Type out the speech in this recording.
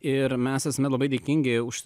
ir mes esame labai dėkingi už